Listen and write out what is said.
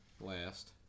last